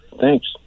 Thanks